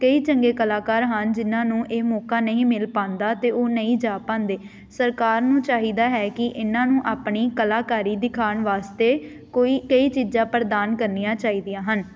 ਕਈ ਚੰਗੇ ਕਲਾਕਾਰ ਹਨ ਜਿਨ੍ਹਾਂ ਨੂੰ ਇਹ ਮੌਕਾ ਨਹੀਂ ਮਿਲ ਪਾਉਂਦਾ ਅਤੇ ਉਹ ਨਹੀਂ ਜਾ ਪਾਉਂਦੇ ਸਰਕਾਰ ਨੂੰ ਚਾਹੀਦਾ ਹੈ ਕਿ ਇਹਨਾਂ ਨੂੰ ਆਪਣੀ ਕਲਾਕਾਰੀ ਦਿਖਾਉਣ ਵਾਸਤੇ ਕੋਈ ਕਈ ਚੀਜ਼ਾਂ ਪ੍ਰਦਾਨ ਕਰਨੀਆਂ ਚਾਹੀਦੀਆਂ ਹਨ